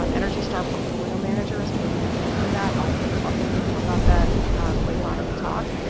um energy star portfolio manager is a really good tool for that, i'll talk a little bit more about that later on in the talk.